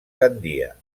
gandia